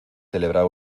celebrar